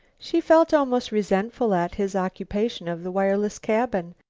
she felt almost resentful at his occupation of the wireless cabin.